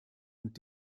und